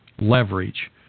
leverage